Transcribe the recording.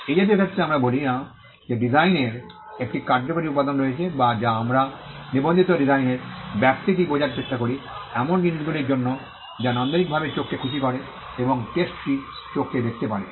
এই জাতীয় ক্ষেত্রে আমরা বলি না যে ডিজাইনের একটি কার্যকরী উপাদান রয়েছে যা আমরা নিবন্ধিত ডিজাইনের ব্যাপ্তিটি বোঝার চেষ্টা করি এমন জিনিসগুলির জন্য যা নান্দনিকভাবে চোখকে খুশী করে এবং টেস্টটি চোখটি দেখতে পারে